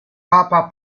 papa